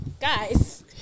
Guys